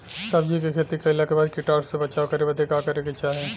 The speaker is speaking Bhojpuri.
सब्जी के खेती कइला के बाद कीटाणु से बचाव करे बदे का करे के चाही?